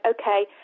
okay